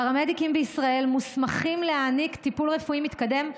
פרמדיקים בישראל מוסמכים להעניק טיפול רפואי מתקדם,